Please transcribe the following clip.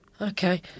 Okay